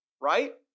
right